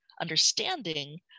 understanding